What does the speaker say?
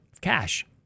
cash